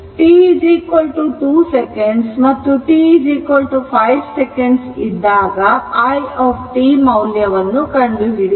t 2 second ಮತ್ತು t 5 second ಇದ್ದಾಗ i t ಮೌಲ್ಯವನ್ನು ಕಂಡುಹಿಡಿಯಿರಿ